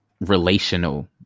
relational